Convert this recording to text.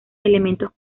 elementos